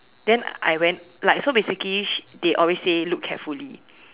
then I went like so basically she they always say look carefully